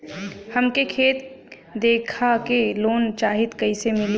हमके खेत देखा के लोन चाहीत कईसे मिली?